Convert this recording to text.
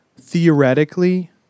theoretically